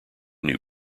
new